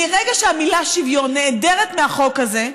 מרגע שהמילה "שוויון" נעדרת מהחוק הזה,